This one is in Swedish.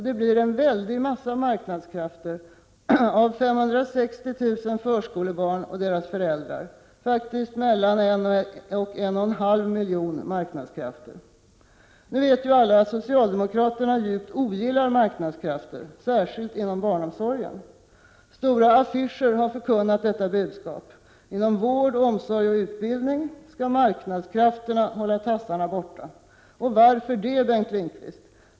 Det blir en väldig massa marknadskrafter av 560 000 förskolebarn och deras föräldrar, faktiskt mellan en och en och en halv miljon marknadskrafter. Nu vet ju alla att socialdemokraterna djupt ogillar marknadskrafter, särskilt inom barnomsorgen. Stora affischer har förkunnat detta budskap — inom vård, omsorg och utbildning skall marknadskrafterna hålla tassarna borta. Varför det, Bengt Lindqvist?